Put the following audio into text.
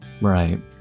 right